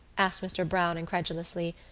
asked mr. browne incredulously,